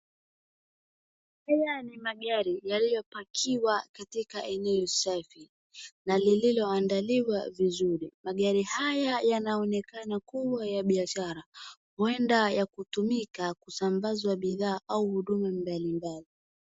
Haya ni magari yaliyopakiwa katika eneo safi na lililoandaliwa vizuri. Magari haya yanaonekana kuwa ya biashara. Hueda ya kutumika kusabaza bidhaa au huduma mbalimbali.